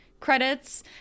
Credits